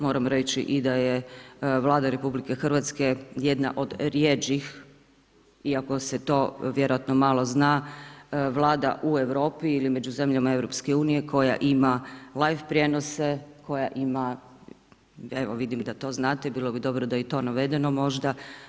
Moram reći i da je Vlada RH jedna od rjeđih, iako se to vjerojatno malo zna, vlada u Europi ili među zemljama EU koja ima life prijenose, koja ima, evo vidim da to znate, bilo bi dobro da je i to navedeno možda.